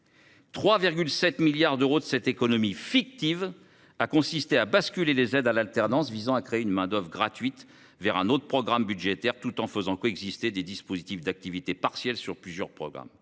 3,7 milliards d’euros de cette économie fictive ont consisté à basculer les aides à l’alternance visant à créer une main d’œuvre gratuite vers un autre programme budgétaire, tout en faisant coexister les dispositifs d’activités partielles sur plusieurs programmes.